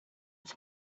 its